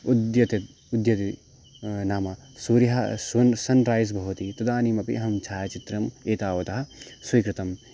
उद्यते उद्यते नाम सूर्यः सन् सन्रैस् भवति तदानीमपि अहं छायाचित्रम् एतावत् स्वीकृतम्